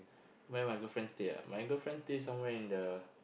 where my girlfriend stay ah my girlfriend stay somewhere in the